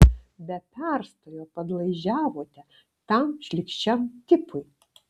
be perstojo padlaižiavote tam šlykščiam tipui